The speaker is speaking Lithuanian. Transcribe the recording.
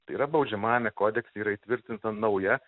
tai yra baudžiamajame kodekse yra įtvirtinta nauja